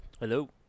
Hello